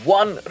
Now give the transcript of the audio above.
one